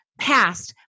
past